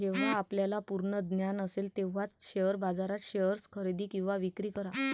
जेव्हा आपल्याला पूर्ण ज्ञान असेल तेव्हाच शेअर बाजारात शेअर्स खरेदी किंवा विक्री करा